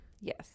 Yes